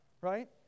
right